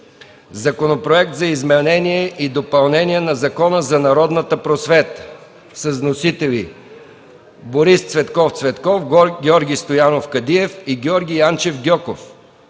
Законопроект за изменение и допълнение на Закона за народната просвета. Вносители – Борис Цветков Цветков, Георги Стоянов Кадиев и Георги Янчев Гьоков.